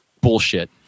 bullshit